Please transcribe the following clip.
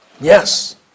Yes